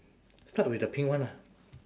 start with the pink one ah